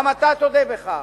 גם אתה תודה בכך.